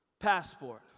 passport